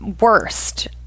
worst